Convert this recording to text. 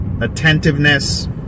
attentiveness